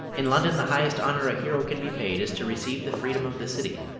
in london the highest honour a hero can be paid is to receive the freedom of the city,